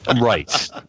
Right